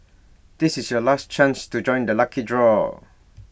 this is your last chance to join the lucky draw